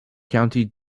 county